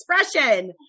expression